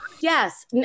Yes